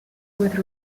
with